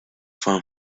front